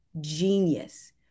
genius